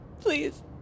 Please